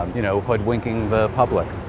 you know, hoodwinking the public